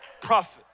Profit